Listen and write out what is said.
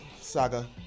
saga